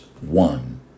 one